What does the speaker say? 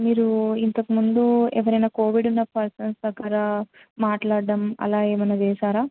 మీరు ఇంతకుముందు ఎవరన్నా కోవిడ్ ఉన్న పర్సన్స్ దగ్గర మాట్లాడడం అలా ఏమన్నా చేసారా